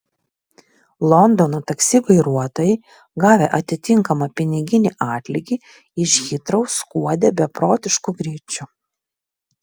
londono taksi vairuotojai gavę atitinkamą piniginį atlygį iš hitrou skuodė beprotišku greičiu